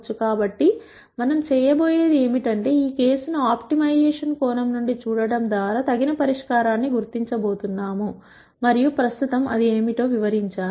కాబట్టి మనం చేయబోయేది ఏమిటంటే ఈ కేసు ను ఆప్టిమైజేషన్ కోణం నుండి చూడటం ద్వారా తగిన పరిష్కారాన్ని గుర్తించబోతున్నాం మరియు ప్రస్తుతం అది ఏమిటో నేను వివరించాను